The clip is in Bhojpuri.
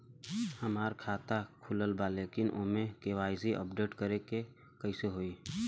हमार खाता ता खुलल बा लेकिन ओमे के.वाइ.सी अपडेट करे के बा कइसे होई?